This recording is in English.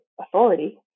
authority